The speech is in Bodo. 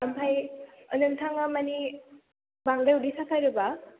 ओमफ्राय नोंथाङा माने बांद्राय उदै साथारोब्ला